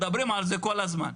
מדברים על זה כל הזמן.